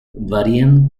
varían